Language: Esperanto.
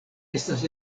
estas